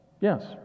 yes